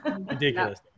Ridiculous